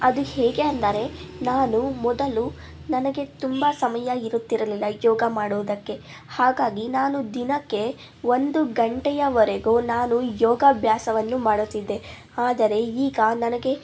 ಅದು ಹೇಗೆ ಅಂದರೆ ನಾನು ಮೊದಲು ನನಗೆ ತುಂಬ ಸಮಯ ಇರುತ್ತಿರಲಿಲ್ಲ ಯೋಗ ಮಾಡುವುದಕ್ಕೆ ಹಾಗಾಗಿ ನಾನು ದಿನಕ್ಕೆ ಒಂದು ಗಂಟೆಯವರೆಗೂ ನಾನು ಯೋಗಾಭ್ಯಾಸವನ್ನು ಮಾಡುತ್ತಿದ್ದೆ ಆದರೆ ಈಗ ನನಗೆ